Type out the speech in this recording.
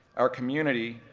our community,